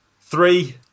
Three